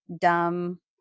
dumb